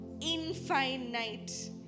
Infinite